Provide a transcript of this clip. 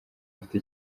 mfite